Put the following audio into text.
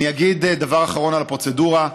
אגיד דבר אחרון על הפרוצדורה.